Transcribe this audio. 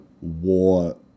war